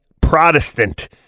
Protestant